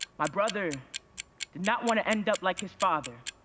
my brother did not want to end up like his father,